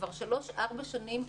כבר שלוש-ארבע שנים,